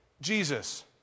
Jesus